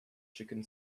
chicken